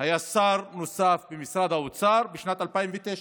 היה שר נוסף במשרד האוצר בשנת 2009,